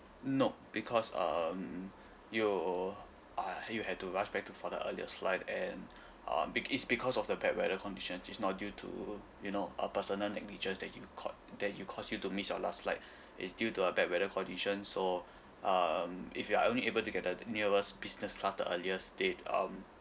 nop because um you ah you had to rush back to for the earliest flight and um be~ it's because of the bad weather conditions it's not due to you know a personal negligence that you caught there you caused you to miss your last flight it's due to a bad weather condition so um if you are only able to get the nearest business class the earliest date um